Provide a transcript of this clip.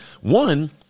one